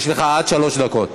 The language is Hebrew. יש לך עד שלוש דקות.